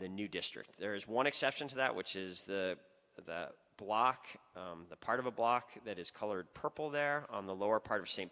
the new district there is one exception to that which is the block the part of a block that is colored purple there on the lower part of st